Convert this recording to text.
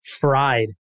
fried